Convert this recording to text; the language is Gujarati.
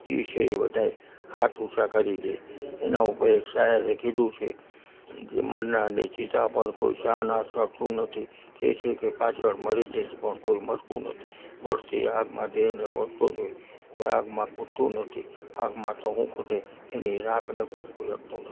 જે છે એ બધાં હાથ ઊંચા કરી દે એના ઉપર એક શાયરે કહ્યું કીધું છે જે મરનારની ચિતા પર કોઈ ચાહનાર ચળતું નથી કેછે કે પાછળ મરી જઈશ પણ કોઈ મરતું નથી બળતી આગમાં દેહને બળતો જોઈ કોઈ આગમાં કૂદતું નથી આગમાં તો શું કૂદે એની રાખને કોય અડતું નથી